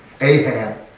Ahab